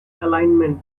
alignment